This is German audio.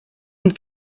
und